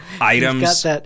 items